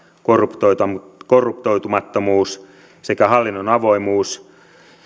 korruptoitumattomuus korruptoitumattomuus sekä hallinnon avoimuus